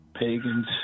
pagans